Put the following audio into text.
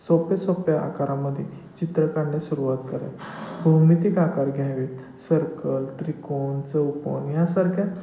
सोप्या सोप्या आकारामध्ये चित्र काढणे सुरुवात करावी भौमितिक आकार घ्यावेत सर्कल त्रिकोन चौकोन ह्यासारख्या